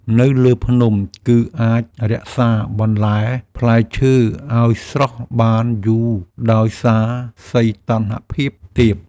នៅលើភ្នំ គឺអាចរក្សាបន្លែផ្លែឈើឱ្យស្រស់បានយូរដោយសារសីតុណ្ហភាពទាប។